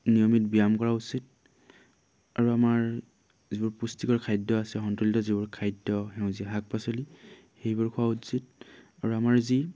নিয়মিত ব্যায়াম কৰা উচিত আৰু আমাৰ যিবোৰ পুষ্টিকৰ খাদ্য আছে সন্তলিত যিবোৰ খাদ্য সেউজীয়া শাক পাচলি সেইবোৰ খোৱা উচিত আৰু আমাৰ যি